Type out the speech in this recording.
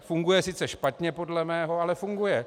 Funguje sice špatně podle mého, ale funguje.